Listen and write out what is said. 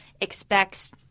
expects